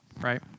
right